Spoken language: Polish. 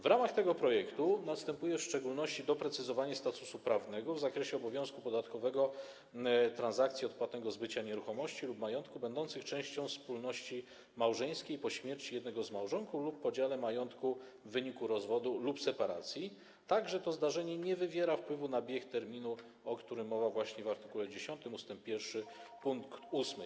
W ramach tego projektu następuje w szczególności doprecyzowanie statusu prawnego w zakresie obowiązku podatkowego transakcji odpłatnego zbycia nieruchomości lub majątku będących częścią wspólności małżeńskiej po śmierci jednego z małżonków lub podziale majątku w wyniku rozwodu lub separacji, tak że to zdarzenie nie wywiera wpływu na bieg terminu, o którym mowa w art. 10 ust. 1 pkt 8.